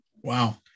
Wow